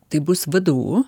tai bus vdu